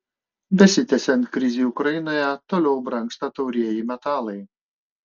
besitęsiant krizei ukrainoje toliau brangsta taurieji metalai